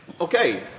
okay